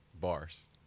Bars